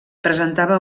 presentava